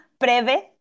Preve